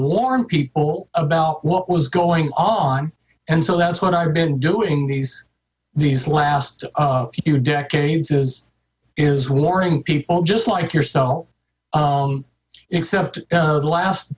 warn people about what was going on and so that's what i've been doing these these last few decades is is warning people just like yourself except last